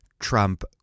Trump